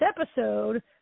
episode